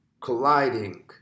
colliding